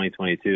2022